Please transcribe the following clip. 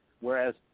Whereas